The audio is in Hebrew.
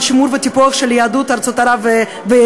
שימור וטיפוח התרבות והמורשת של יהדות ארצות ערב והאסלאם,